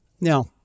Now